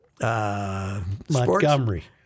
Montgomery